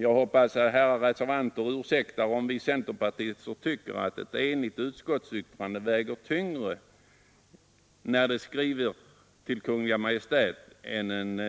Jag hoppas dock att herrar reservanter ursäktar om vi i centerpartiet tycker att ett enigt utskott väger tyngre när det skriver till Kungl. Maj:t än en